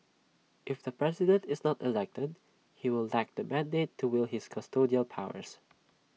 if the president is not elected he will lack the mandate to wield his custodial powers